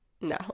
No